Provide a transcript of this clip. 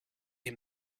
him